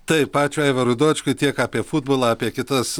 taip ačiū aivarui dočkui tiek apie futbolą apie kitas